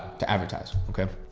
to advertise. okay.